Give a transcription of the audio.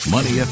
Money